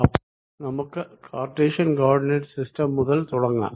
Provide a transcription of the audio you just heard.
അപ്പോൾ നമുക്ക് Cartesian coordinate system മുതൽ തുടങ്ങാം